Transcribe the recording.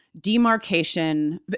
demarcation